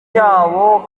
cyabo